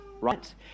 right